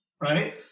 right